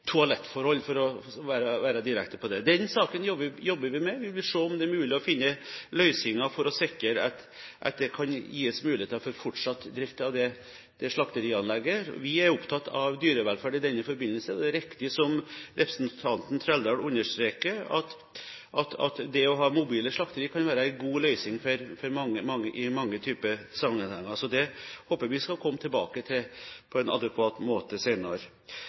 toalettforhold – for å være direkte. Den saken jobber vi med. Vi vil se om det er mulig å finne løsninger for å sikre at det kan gis muligheter for fortsatt drift av det slakterianlegget. Vi er opptatt av dyrevelferd i denne forbindelse. Det er riktig som representanten Trældal understreker, at det å ha mobile slakterier kan være en god løsning for mange i flere sammenhenger, så det håper vi at vi skal komme tilbake til på en adekvat måte